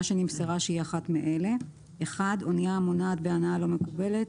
שנמסרה שהיא אחת מאלה: אנייה המונעת בהנעה לא מקובלת,